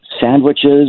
Sandwiches